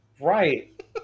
Right